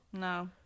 No